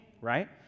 right